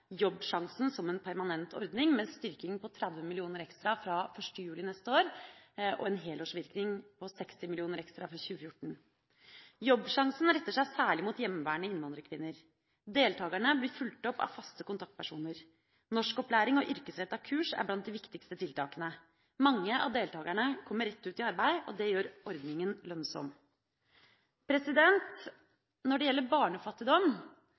Jobbsjansen som en permanent ordning, med en styrking på 30 mill. kr ekstra fra 1. juli neste år, og en helårsvirkning på 60 mill. kr ekstra fra 2014. Jobbsjansen retter seg særlig mot hjemmeværende innvandrerkvinner. Deltakerne blir fulgt opp av faste kontaktpersoner. Norskopplæring og yrkesrettede kurs er blant de viktigste tiltakene. Mange av deltakerne kommer rett ut i arbeid, og det gjør ordningen lønnsom. Når det gjelder barnefattigdom,